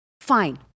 fine